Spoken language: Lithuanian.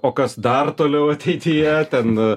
o kas dar toliau ateityje ten